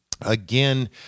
Again